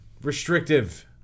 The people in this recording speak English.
restrictive